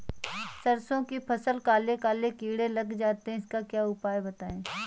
सरसो की फसल में काले काले कीड़े लग जाते इसका उपाय बताएं?